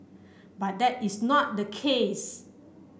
but that is not the case